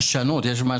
פרשנות.